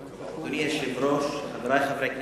אדוני היושב-ראש, חברי חברי הכנסת,